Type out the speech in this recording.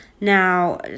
Now